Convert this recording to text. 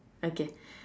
okay